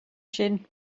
sin